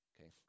Okay